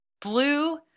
blue